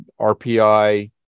rpi